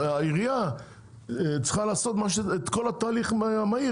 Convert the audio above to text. העירייה צריכה לעשות את כל התהליך המהיר